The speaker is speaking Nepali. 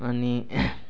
अनि